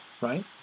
right